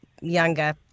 younger